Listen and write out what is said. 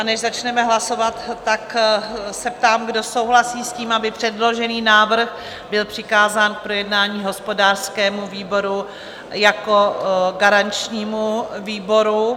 Než začneme hlasovat, tak se ptám, kdo souhlasí s tím, aby předložený návrh byl přikázán k projednání hospodářskému výboru jako garančnímu výboru?